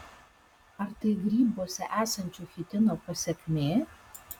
ar tai grybuose esančio chitino pasekmė